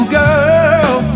girl